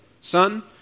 son